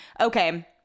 Okay